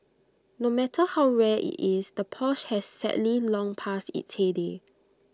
no matter how rare IT is the Porsche has sadly long passed its heyday